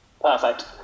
Perfect